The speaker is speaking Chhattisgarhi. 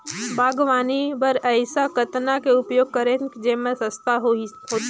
बागवानी बर ऐसा कतना के उपयोग करतेन जेमन सस्ता होतीस?